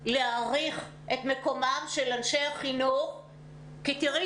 להעריך את מקומם של אנשי החינוך כי תראי